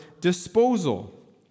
disposal